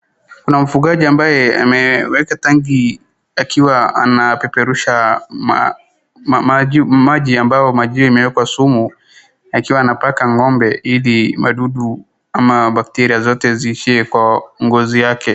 Kuna mfugaji ambaye ameweka tanki akiwa akiwa anapeperusha maji ambao maji hiyo imewekwa sumu akiwa anapaka ng'ombe ili madudu ama bakteria zote ziishie kwa ngozi yake.